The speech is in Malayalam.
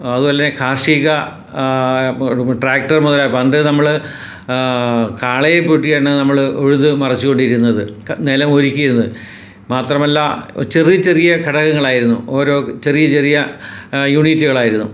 അതുമല്ല കാര്ഷിക ട്രാക്ടര് മുതലായ പണ്ട് നമ്മൾ കാളയെ പൂട്ടിയാണ് നമ്മൾ ഉഴുതു മറിച്ചു കൊണ്ടിരുന്നത് നിലം ഒരുക്കിയിരുന്നത് മാത്രമല്ല ചെറിയ ചെറിയ ഘടകങ്ങള് ആയിരുന്നു ഓരോ ചെറിയ ചെറിയ യൂണിറ്റുകളായിരുന്നു